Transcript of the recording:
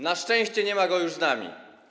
Na szczęście nie ma go już z nami.